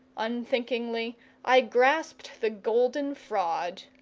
unthinkingly i grasped the golden fraud,